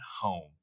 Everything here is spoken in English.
home